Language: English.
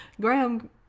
graham